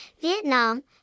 Vietnam